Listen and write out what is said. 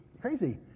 crazy